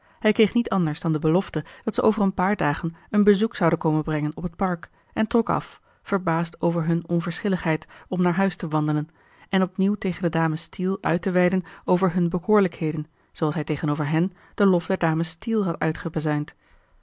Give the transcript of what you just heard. hij kreeg niet anders dan de belofte dat ze over een paar dagen een bezoek zouden komen brengen op het park en trok af verbaasd over hun onverschilligheid om naar huis te wandelen en opnieuw tegen de dames steele uit te weiden over hunne bekoorlijkheden zooals hij tegenover hen den lof